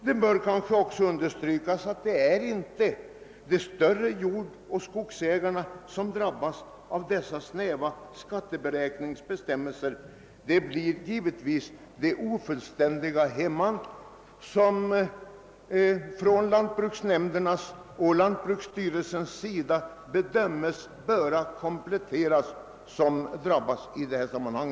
Det kanske också bör understrykas att det inte är de större jordoch skogsägarna som drabbas av dessa snäva skatteberäkningsbestämmelser, utan det blir givetvis de ofullständiga hemman, som från lantbruksnämndens och lantbruksstyrelsens sida bedömes böra kompletteras, som drabbas i detta sammanhang.